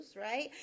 right